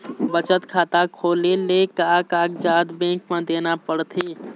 बचत खाता खोले ले का कागजात बैंक म देना पड़थे?